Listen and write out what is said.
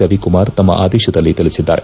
ರವಿಕುಮಾರ್ ತಮ್ನ ಆದೇಶದಲ್ಲಿ ತಿಳಿಸಿದ್ದಾರೆ